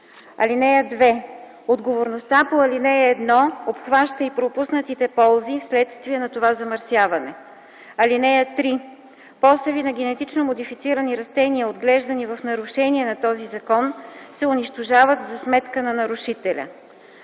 (2) Отговорността по ал. 1 обхваща и пропуснатите ползи, вследствие на това замърсяване. (3) Посеви на генетично модифицирани растения, отглеждани в нарушение на този закон, се унищожават за сметка на нарушителя.